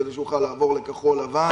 כדי שיוכל לעבור לכחול לבן,